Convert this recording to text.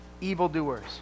evildoers